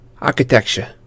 architecture